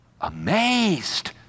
Amazed